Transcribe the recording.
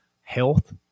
health